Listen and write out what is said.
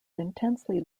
intensely